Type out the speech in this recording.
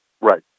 Right